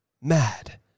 mad